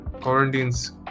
quarantine's